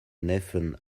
neffen